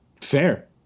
fair